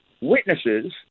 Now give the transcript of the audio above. witnesses